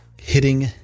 hitting